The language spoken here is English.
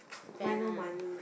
why no money